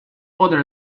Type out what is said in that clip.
other